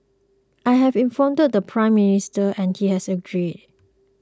I have informed the Prime Minister and he has agreed